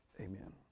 Amen